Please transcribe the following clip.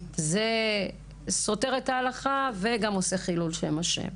זה סותר את ההלכה וגם עושה חילול שם ה'.